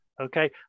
okay